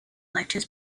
lectures